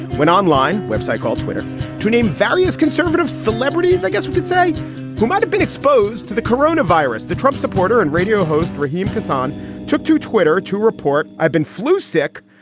went online web site called twitter to name values conservative celebrities. i guess you could say who might have been exposed to the corona virus. the trump supporter and radio host raheem carson took to twitter to report i've been flu sick,